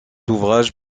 ouvrage